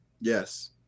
Yes